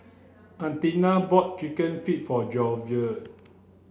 Anita bought chicken feet for Georgie